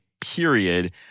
period